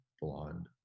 blonde